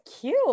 cute